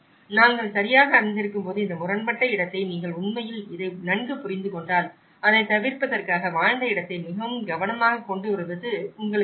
நாங்கள் சரியாக அறிந்திருக்கும்போது இந்த முரண்பட்ட இடத்தை நீங்கள் உண்மையில் இதை நன்கு புரிந்து கொண்டால் அதைத் தவிர்ப்பதற்காக வாழ்ந்த இடத்தை மிகவும் கவனமாகக் கொண்டுவருவது உங்களுக்குத் தெரியும்